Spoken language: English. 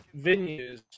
venues